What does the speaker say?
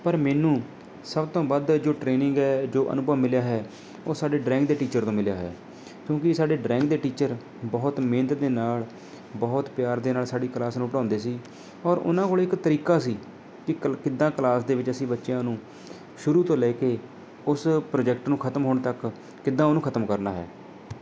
ਪਰ ਮੈਨੂੰ ਸਭ ਤੋਂ ਵੱਧ ਜੋ ਟ੍ਰੇਨਿੰਗ ਹੈ ਜੋ ਅਨੁਭਵ ਮਿਲਿਆ ਹੈ ਉਹ ਸਾਡੇ ਡਰਾਇੰਗ ਦੇ ਟੀਚਰ ਦਾ ਮਿਲਿਆ ਹੈ ਕਿਉਂਕਿ ਸਾਡੇ ਡਰਾਇੰਗ ਦੇ ਟੀਚਰ ਬਹੁਤ ਮਿਹਨਤ ਦੇ ਨਾਲ ਬਹੁਤ ਪਿਆਰ ਦੇ ਨਾਲ ਸਾਡੀ ਕਲਾਸ ਨੂੰ ਪੜ੍ਹਾਉਂਦੇ ਸੀ ਔਰ ਉਹਨਾਂ ਕੋਲ ਇੱਕ ਤਰੀਕਾ ਸੀ ਵੀ ਕਲ ਕਿੱਦਾਂ ਕਲਾਸ ਦੇ ਵਿੱਚ ਅਸੀਂ ਬੱਚਿਆਂ ਨੂੰ ਸ਼ੁਰੂ ਤੋਂ ਲੈ ਕੇ ਉਸ ਪ੍ਰੋਜੈਕਟ ਨੂੰ ਖ਼ਤਮ ਹੋਣ ਤੱਕ ਕਿੱਦਾਂ ਉਹਨੂੰ ਖ਼ਤਮ ਕਰਨਾ ਹੈ